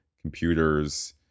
computers